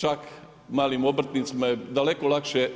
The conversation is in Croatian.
Čak malim obrtnicima, je daleko lakše,